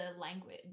language